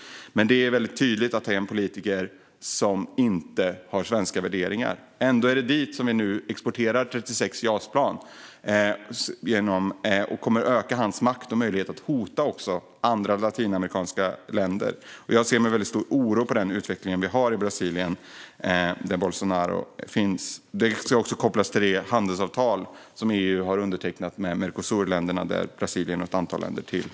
Men det är tydligt att detta är en politiker som inte har svenska värderingar. Ändå är det dit vi nu exporterar 36 JAS-plan. Det kommer att öka Bolsonaros makt och också hans möjlighet att hota andra latinamerikanska länder. Jag ser med stor oro på utvecklingen i Brasilien under Bolsonaro. Detta ska också kopplas till det handelsavtal som EU har undertecknat med Mercosurländerna, där Brasilien ingår.